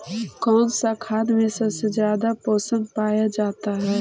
कौन सा खाद मे सबसे ज्यादा पोषण पाया जाता है?